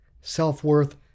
self-worth